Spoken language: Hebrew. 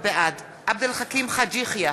בעד עבד אל חכים חאג' יחיא,